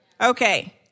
Okay